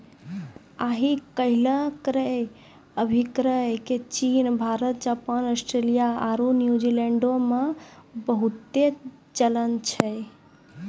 आइ काल्हि क्रय अभिक्रय के चीन, भारत, जापान, आस्ट्रेलिया आरु न्यूजीलैंडो मे बहुते चलन छै